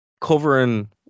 Covering